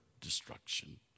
destruction